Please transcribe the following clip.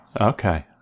Okay